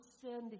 send